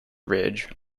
ridge